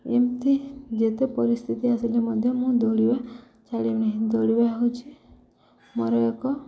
ଏମିତି ଯେତେ ପରିସ୍ଥିତି ଆସିଲେ ମଧ୍ୟ ମୁଁ ଦୌଡ଼ିବା ଛାଡ଼ିବି ନାହିଁ ଦୌଡ଼ିବା ହେଉଛି ମୋର ଏକ